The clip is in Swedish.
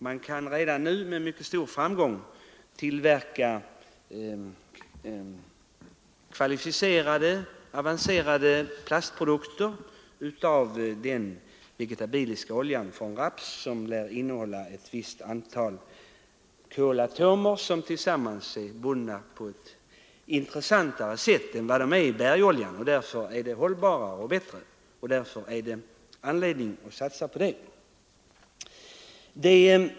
Man kan redan nu med mycket stor framgång tillverka avancerade plastprodukter av den vegetabiliska oljan från raps, som lär innehålla ett visst antal kolatomer sammanbundna på ett intressantare sätt än atomerna i bergoljan och som därför ger hållbarare och bättre produkter. Det finns alltså anledning att satsa på rapsolja.